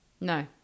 No